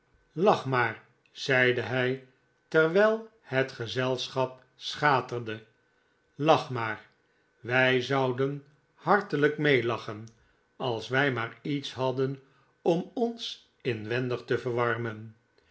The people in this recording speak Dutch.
maar zeide hij terwijl het gezelschap schaterde lach maar wij zouden hartelyk meelachep als wij maar iets hadden om ons inwendig te verwarmen